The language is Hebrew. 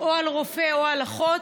או על רופא או על אחות.